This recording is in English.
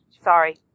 sorry